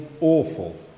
awful